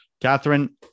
Catherine